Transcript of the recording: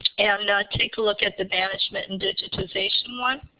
and take a look at the banishment and digitization one.